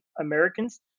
Americans